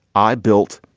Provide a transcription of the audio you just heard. i built,